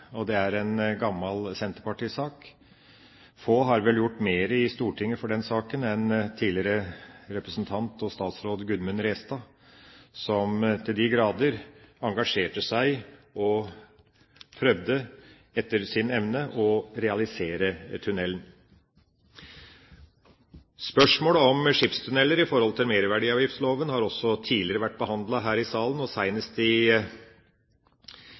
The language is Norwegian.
Det er en gammel senterpartisak. Få har vel gjort mer i Stortinget for den saken enn tidligere representant og statsråd Gudmund Restad, som så til de grader engasjerte seg og prøvde etter beste evne å realisere tunnelen. Spørsmålet om skipstunneler i forhold til merverdiavgiftsloven har tidligere vært behandlet her i salen, senest i